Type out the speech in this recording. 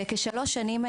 וכשלוש שנים,